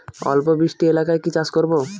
অল্প বৃষ্টি এলাকায় কি চাষ করব?